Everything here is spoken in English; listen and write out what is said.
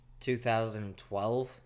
2012